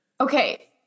Okay